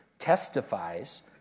testifies